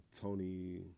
Tony